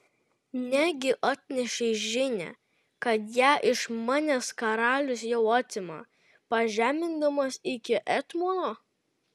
negi atnešei žinią kad ją iš manęs karalius jau atima pažemindamas iki etmono